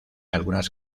algunas